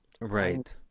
Right